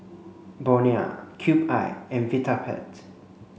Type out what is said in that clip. Bonia Cube I and Vitapet